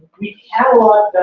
we catalogued